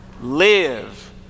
Live